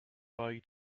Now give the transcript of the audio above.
bye